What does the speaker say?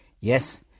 Yes